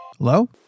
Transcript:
Hello